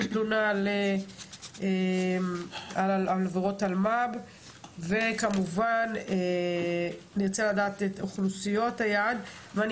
תלונה על עבירות אלמ"ב וכמובן אני ארצה לדעת את אוכלוסיות היעד ואני